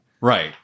Right